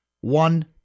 one